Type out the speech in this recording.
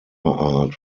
art